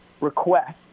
request